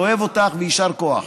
אוהב אותך, ויישר כוח.